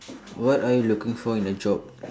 what are you looking for in a job